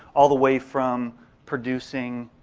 all the way from producing